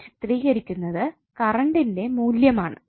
ഇത് ചിത്രീകരിക്കുന്നത് കറൻറ്ന്റെ മൂല്യമാണ്